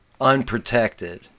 unprotected